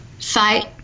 fight